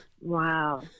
Wow